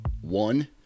one